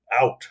out